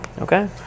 Okay